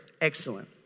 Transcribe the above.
Excellent